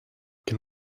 can